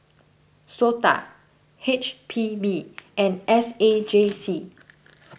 Sota H P B and S A J C